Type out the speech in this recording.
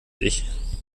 ich